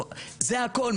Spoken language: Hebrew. זה הכל,